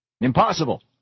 impossible